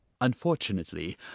unfortunately